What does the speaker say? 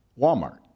Walmart